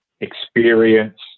experience